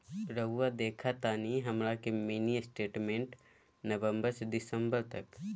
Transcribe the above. रहुआ देखतानी हमरा के मिनी स्टेटमेंट नवंबर से दिसंबर तक?